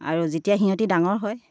আৰু যেতিয়া সিহঁতে ডাঙৰ হয়